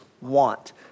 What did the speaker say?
want